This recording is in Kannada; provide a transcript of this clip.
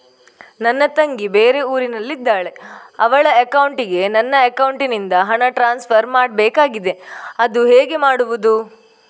ನನ್ನ ತಂಗಿ ಬೇರೆ ಊರಿನಲ್ಲಿದಾಳೆ, ಅವಳ ಅಕೌಂಟಿಗೆ ನನ್ನ ಅಕೌಂಟಿನಿಂದ ಹಣ ಟ್ರಾನ್ಸ್ಫರ್ ಮಾಡ್ಬೇಕಾಗಿದೆ, ಅದು ಹೇಗೆ ಮಾಡುವುದು?